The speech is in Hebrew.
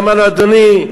אמר לו: אדוני,